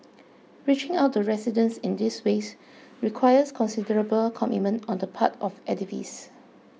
reaching out to residents in these ways requires considerable commitment on the part of activists